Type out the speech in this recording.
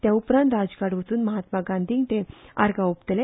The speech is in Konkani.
ते उपरांत राजघाटार वचून महात्मा गांधीक ते आर्गां ओंपतले